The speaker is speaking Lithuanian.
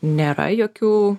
nėra jokių